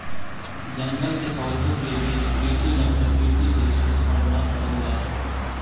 जंगल के पौधों के बीच कृषि ला प्रकृति से छेड़छाड़ न करल जा हई